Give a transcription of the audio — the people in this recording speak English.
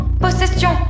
possession